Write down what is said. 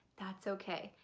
that's okay.